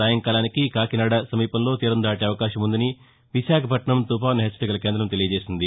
సాయంకాలానికి కాకినాద సమీపంలో తీరం దాటే అవకాశముందని విశాఖపట్నం తుఫాను హెచ్చరిక కేందం తెలియచేసింది